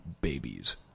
babies